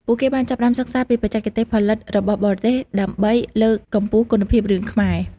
ពួកគេបានចាប់ផ្តើមសិក្សាពីបច្ចេកទេសផលិតរបស់បរទេសដើម្បីលើកកម្ពស់គុណភាពរឿងខ្មែរ។